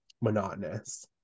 monotonous